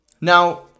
Now